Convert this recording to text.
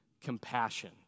compassion